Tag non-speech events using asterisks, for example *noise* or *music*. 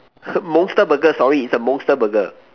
*noise* monster Burger sorry it's a monster Burger